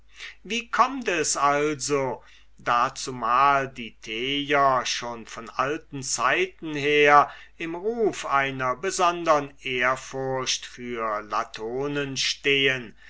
wie kömmt es also da zumal die tejer schon von alten zeiten her im ruf einer besondern ehrfurcht für die latona stehen